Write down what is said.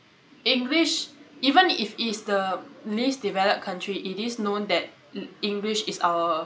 english even if it's the least developed country it is known that e~ english is our